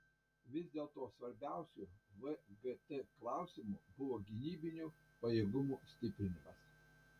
vis dėlto svarbiausiu vgt klausimu buvo gynybinių pajėgumų stiprinimas